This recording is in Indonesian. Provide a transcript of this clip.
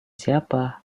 siapa